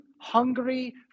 hungry